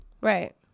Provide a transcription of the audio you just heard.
Right